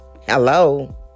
Hello